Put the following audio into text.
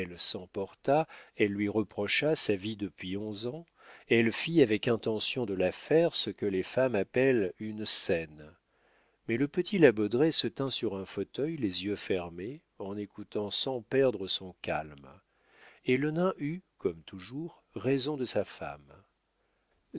s'emporta elle lui reprocha sa vie depuis onze ans elle fit avec intention de la faire ce que les femmes appellent une scène mais le petit la baudraye se tint sur un fauteuil les yeux fermés en écoutant sans perdre son calme et le nain eut comme toujours raison de sa femme